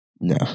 No